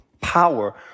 power